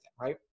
right